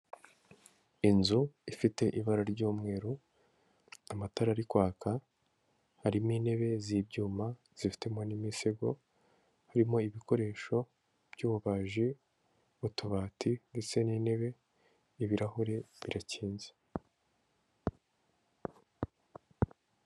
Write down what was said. Inzu ifite ibara ry'umweru amatara arikwaka, harimo intebe z'ibyuma zifitemo n'imisego, harimo ibikoresho by'ububaji mu tubati ndetse n'intebe y'ibirahure birakinze.